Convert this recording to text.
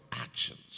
actions